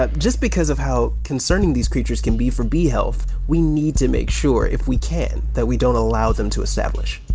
ah just because of how concerning these creatures can be for bee health, we need to make sure, if we can, that we don't allow them to establish